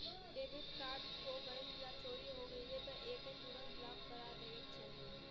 debit card खो गइल या चोरी हो गइले पर एके तुरंत ब्लॉक करा देवे के चाही